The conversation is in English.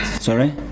Sorry